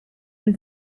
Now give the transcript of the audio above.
and